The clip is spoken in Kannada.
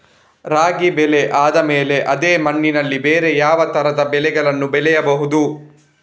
ರಾಗಿ ಬೆಳೆ ಆದ್ಮೇಲೆ ಅದೇ ಮಣ್ಣಲ್ಲಿ ಬೇರೆ ಯಾವ ತರದ ಬೆಳೆಗಳನ್ನು ಬೆಳೆಯಬಹುದು?